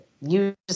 use